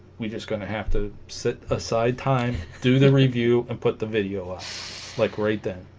we're just gonna have to sit aside time do the review and put the video up like right then